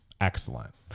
Excellent